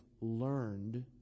learned